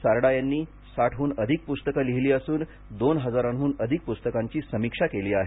सारडा यांनी साठहुन अधिक प्स्तकं लिहिली असून दोन हजाराहून अधिक प्स्तकांची समीक्षा केली आहे